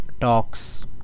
talks